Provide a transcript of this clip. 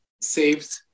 saved